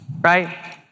right